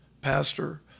pastor